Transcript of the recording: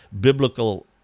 biblical